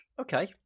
Okay